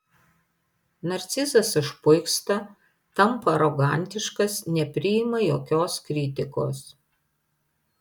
narcizas išpuiksta tampa arogantiškas nepriima jokios kritikos